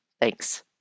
Thanks